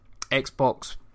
Xbox